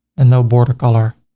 and no border color.